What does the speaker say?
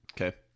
Okay